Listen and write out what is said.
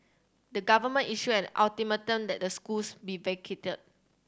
the government issued an ultimatum that the schools be vacated